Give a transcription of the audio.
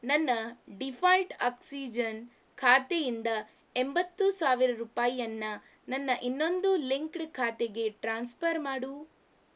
ನನ್ನ default oxygen ಖಾತೆಯಿಂದ ಎಂಬತ್ತು ಸಾವಿರ ರೂಪಾಯಿಯನ್ನ ನನ್ನ ಇನ್ನೊಂದು ಲಿಂಕ್ಡ್ ಖಾತೆಗೆ ಟ್ರಾನ್ಸ್ಫರ್ ಮಾಡು